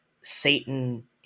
Satan